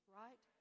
right